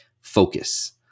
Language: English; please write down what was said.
Focus